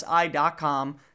si.com